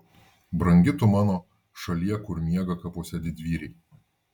brangi tu mano šalie kur miega kapuose didvyriai